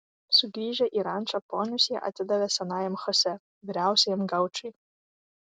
sugrįžę į rančą ponius jie atidavė senajam chosė vyriausiajam gaučui